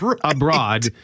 abroad